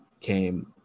came